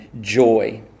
joy